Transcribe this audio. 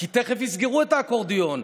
כי תכף יסגרו את האקורדיון,